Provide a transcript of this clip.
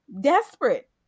Desperate